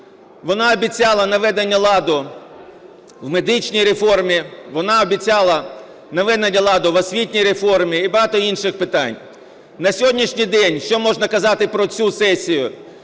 вона обіцяла наведення ладу в медичній реформі, вона обіцяла наведення ладу в освітній реформі і багато інших питань. На сьогоднішній день, що можна казати про цю сесію?